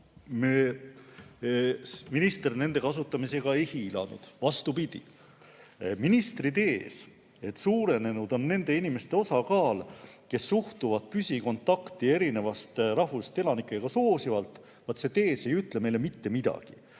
minister nende kasutamisega ei hiilanud, vastupidi. Ministri tees, et suurenenud on nende inimeste osakaal, kes suhtuvad püsikontakti erinevast rahvusest elanikega soosivalt, ei ütle meile mitte midagi.